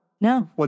No